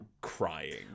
crying